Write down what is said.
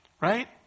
Right